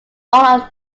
all